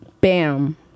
bam